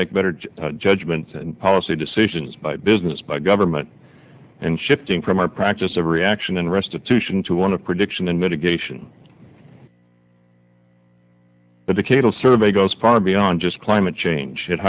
make better job judgment and policy decisions by business by government and shifting from my practice a reaction in restitution to one of prediction and mitigation but the cable survey goes far beyond just climate change it